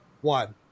One